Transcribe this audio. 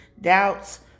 doubts